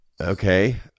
Okay